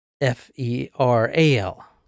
F-E-R-A-L